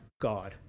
God